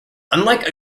unlike